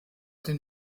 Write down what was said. den